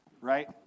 right